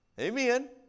Amen